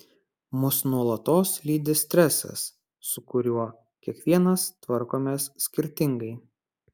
mus nuolatos lydi stresas su kuriuo kiekvienas tvarkomės skirtingai